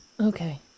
okay